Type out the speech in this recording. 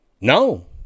No